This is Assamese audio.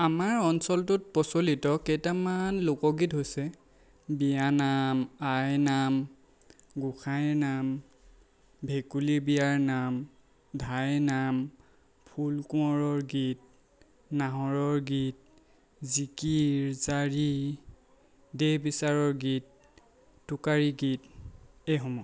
আমাৰ অঞ্চলটোত প্ৰচলিত কেইটামান লোকগীত হৈছে বিয়ানাম আইনাম গোঁসাইনাম ভেকুলী বিয়াৰ নাম ধাইৰ নাম ফুলকোঁৱৰৰ গীত নাহৰৰ গীত জিকিৰ জাৰী দেহ বিচাৰৰ গীত টোকাৰী গীত এইসমূহ